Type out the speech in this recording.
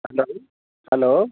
hello hello